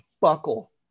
buckle